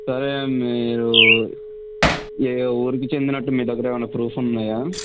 సరే మీరు ఏ ఊరికి చెందినట్టు మీ దగ్గర ఏమన్నా ప్రూఫ్స్ ఉన్నాయా